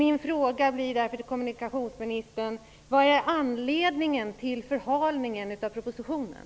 Vad är anledningen till förhalningen av propositionen?